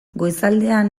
goizaldean